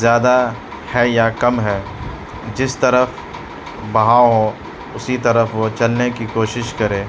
زیادہ ہے یا کم ہے جس طرف بہاؤ ہو اسی طرف وہ چلنے کی کوشش کرے